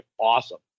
awesome